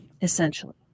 essentially